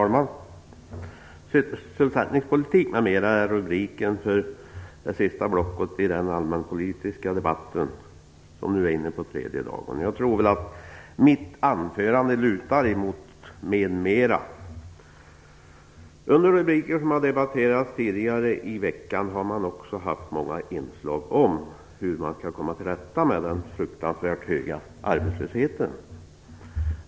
Herr talman! Sysselsättningspolitik m.m. är rubriken för det sista blocket i den allmänpolitiska debatten som nu är inne på tredje dagen. Jag tror att mitt anförande lutar åt "m.m.". Under de rubriker som tidigare har debatterats under veckan har man också haft många uppslag om hur man skall komma till rätta med den fruktansvärt höga arbetslösheten.